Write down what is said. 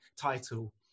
title